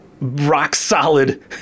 rock-solid